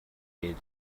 гээд